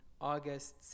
August